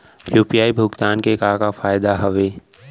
UPI भुगतान के का का फायदा हावे?